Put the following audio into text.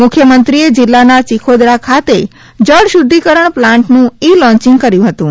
મુખ્યમંત્રીએ જિલ્લાના ચીખોદરા ખાતે જળશુધ્ધિકરણ પ્લાન્ટનુ ઇ લોન્ચિગ કર્યુ હતુ